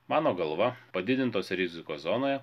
mano galva padidintos rizikos zonoje